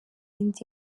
inda